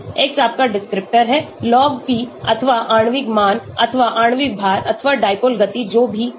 x आपका descriptor Log P अथवा आणविक मात्रा अथवा आणविक भार अथवा dipole गति जो भी है